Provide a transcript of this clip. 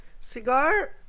Cigar